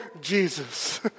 Jesus